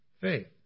faith